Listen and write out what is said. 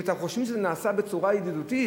אם אתם חושבים שזה נעשה בצורה ידידותית,